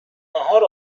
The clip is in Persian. ناهار